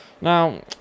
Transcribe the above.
now